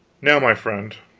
now, my friend,